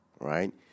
right